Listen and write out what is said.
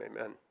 amen